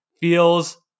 feels